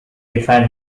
define